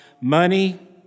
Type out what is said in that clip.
money